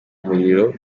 umuriro